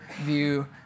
view